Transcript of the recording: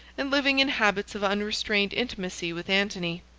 and living in habits of unrestrained intimacy with antony.